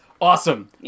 awesome